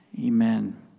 amen